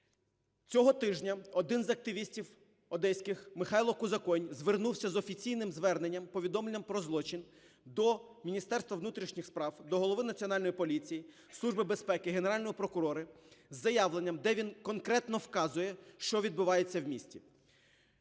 Цього тижня один з активістів одеських Михайло Кузаконь звернувся з офіційним зверненням, повідомленням про злочин до Міністерства внутрішніх справ, до голови Національної поліції, Служби безпеки, Генерального прокурора з заявою, де він конкретно вказує, що відбувається в місті.